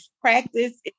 practice